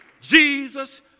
Jesus